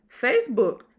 Facebook